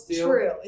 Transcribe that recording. true